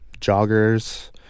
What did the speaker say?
joggers